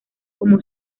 como